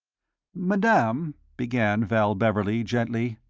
madame, began val beverley, gently.